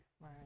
Right